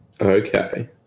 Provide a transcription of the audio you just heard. Okay